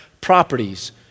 properties